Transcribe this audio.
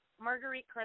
Marguerite